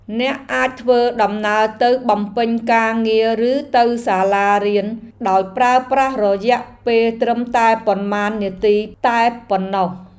អ្នកអាចធ្វើដំណើរទៅបំពេញការងារឬទៅសាលារៀនដោយប្រើប្រាស់រយៈពេលត្រឹមតែប៉ុន្មាននាទីតែប៉ុណ្ណោះ។